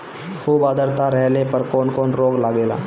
खुब आद्रता रहले पर कौन कौन रोग लागेला?